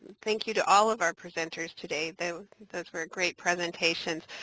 thank you to all of our presenters today. those those were great presentations.